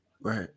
Right